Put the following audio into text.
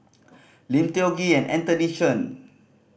Lim Tiong Ghee Anthony Chen